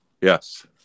yes